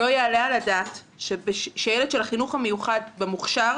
לא יעלה על הדעת שילד של החינוך המיוחד במוכש"ר